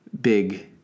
big